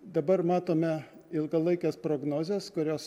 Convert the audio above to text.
dabar matome ilgalaikes prognozes kurios